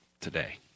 today